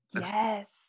Yes